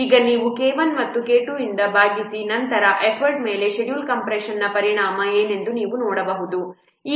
ಈಗ ನೀವು K1 ಅನ್ನು K2 ರಿಂದ ಭಾಗಿಸಿ ನಂತರ ಎಫರ್ಟ್ನ ಮೇಲೆ ಷೆಡ್ಯೂಲ್ ಕಂಪ್ರೆಶನ್ನ ಪರಿಣಾಮ ಏನೆಂದು ನೀವು ನೋಡಬಹುದು